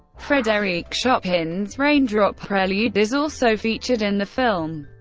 frederic chopins raindrop prelude is also featured in the film.